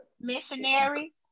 missionaries